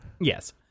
Yes